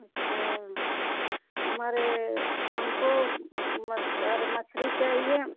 मरे हमको म अरे मछली चाहिए